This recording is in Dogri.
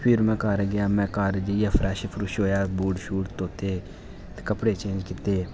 फिर में घर गेआ मैं घर जाइयै फ्रैश फ्रुश होएया बूट शूट धोते कपड़े चेंज कीते